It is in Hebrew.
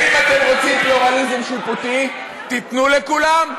ואם אתם רוצים פלורליזם שיפוטי, תיתנו לכולם.